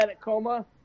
coma